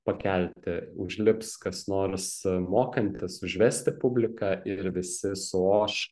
pakelti užlips kas nors mokantis užvesti publiką ir visi suoš